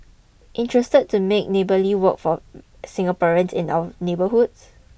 interested to make Neighbourly work for Singaporeans and our neighbourhoods